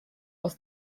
was